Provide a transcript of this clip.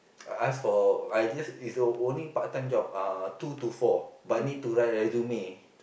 I ask for I just is a only part-time job uh two to four but need to write resume